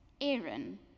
Aaron